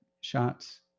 shots